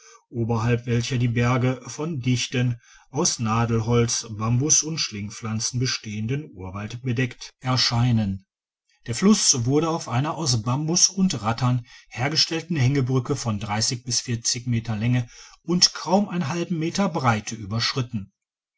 oberhalb welcher die berge von dichten aus nadelholz bambus und schlingpflanzen bestehenden urwald bedeckt erscheidigitized by google nen der fluss wurde auf einer aus bambus und rattan hergestellten hängebrücke von bis meter länge und kaum m breite überschritten